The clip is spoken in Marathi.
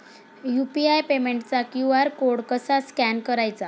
यु.पी.आय पेमेंटचा क्यू.आर कोड कसा स्कॅन करायचा?